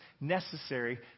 necessary